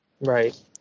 Right